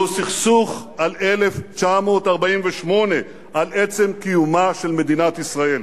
זהו סכסוך על 1948, על עצם קיומה של מדינת ישראל.